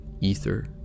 ether